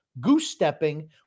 goose-stepping